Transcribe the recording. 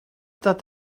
that